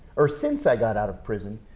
or since i got out of prison,